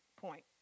point